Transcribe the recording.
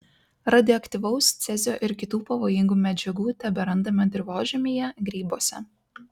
radioaktyvaus cezio ir kitų pavojingų medžiagų teberandame dirvožemyje grybuose